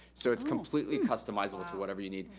so it's completely customizable to whatever you need.